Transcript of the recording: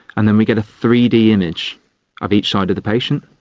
and then we get a three d image of each side of the patient.